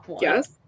yes